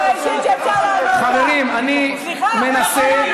חברים, אני מנסה,